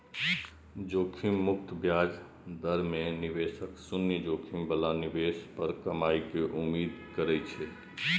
जोखिम मुक्त ब्याज दर मे निवेशक शून्य जोखिम बला निवेश पर कमाइ के उम्मीद करै छै